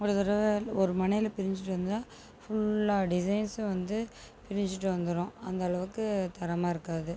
ஒரு தடவை ஒரு முனைல பிரிஞ்சுட்டு வந்தால் ஃபுல்லாக டிசைன்ஸ்ம் வந்து பிரிஞ்சுட்டு வந்துடும் அந்தளவுக்கு தரமாக இருக்காது